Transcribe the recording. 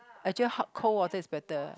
actually hot cold water is better